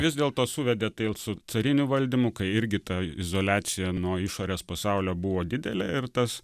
vis dėlto suvedė tai su cariniu valdymu kai irgi ta izoliacija nuo išorės pasaulio buvo didelė ir tas